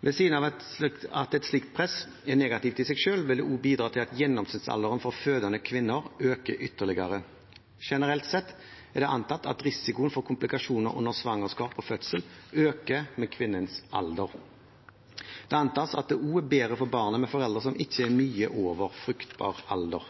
Ved siden av at et slikt press er negativt i seg selv, vil det bidra til at gjennomsnittsalderen for fødende kvinner øker ytterligere. Generelt sett er det antatt at risikoen for komplikasjoner under svangerskap og fødsel øker med kvinnens alder. Det antas at det også er bedre for barnet med foreldre som ikke er mye over fruktbar alder.